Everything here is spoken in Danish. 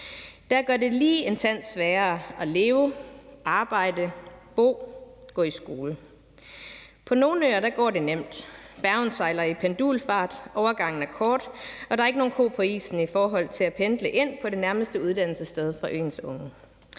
Det gør det lige en tand sværere at leve, arbejde, bo og gå i skole. På nogle øer går det nemt. Færgen sejler i pendulfart, overgangen er kort, og der er ikke nogen ko på isen i forhold til at pendle ind på det nærmeste uddannelsessted for øens unge.